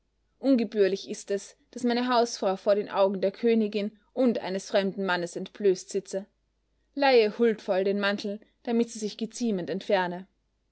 ungebührlich ist es daß meine hausfrau vor den augen der königin und eines fremden mannes entblößt sitze leihe ihr huldvoll den mantel damit sie sich geziemend entferne